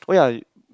oh ya